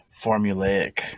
formulaic